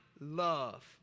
love